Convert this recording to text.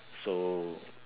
so